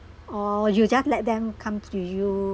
or you just let them come to you